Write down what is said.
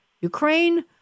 Ukraine